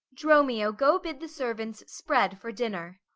dromio, go bid the servants spread for dinner.